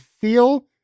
feel